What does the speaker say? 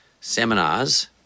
seminars